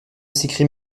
s’écrit